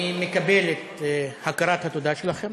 אני מקבל את הבעת התודה שלכם.